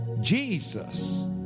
Jesus